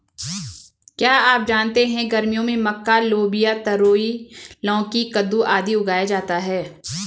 क्या आप जानते है गर्मियों में मक्का, लोबिया, तरोई, लौकी, कद्दू, आदि उगाया जाता है?